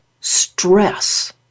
stress